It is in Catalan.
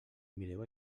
mireu